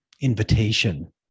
invitation